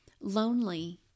lonely